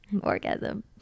Orgasm